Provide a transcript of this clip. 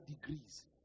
degrees